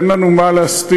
אין לנו מה להסתיר.